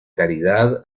caridad